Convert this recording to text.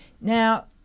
now